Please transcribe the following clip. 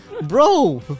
Bro